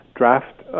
draft